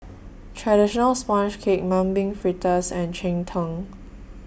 Traditional Sponge Cake Mung Bean Fritters and Cheng Tng